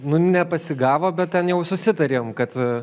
nu nepasigavo bet ten jau susitarėm kad